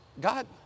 God